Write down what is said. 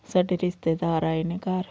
ਸਾਡੇ ਰਿਸ਼ਤੇਦਾਰ ਆਏ ਨੇ ਘਰ